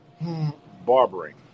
Barbering